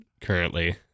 currently